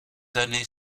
années